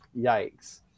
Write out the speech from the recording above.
yikes